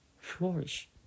flourish